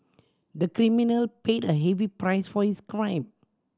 the criminal paid a heavy price for his crime